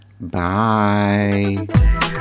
bye